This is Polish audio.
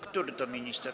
Który to minister.